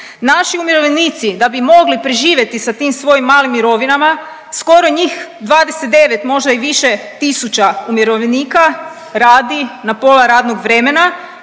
Naši umirovljenici da bi mogli preživjeti sa tim svojim malim mirovinama skoro njih 29 možda i više tisuća umirovljenika radi na pola radnog vremena